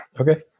Okay